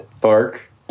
Park